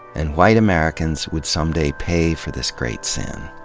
and white americans would someday pay for this great sin.